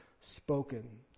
spoken